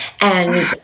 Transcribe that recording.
And-